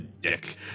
dick